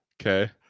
okay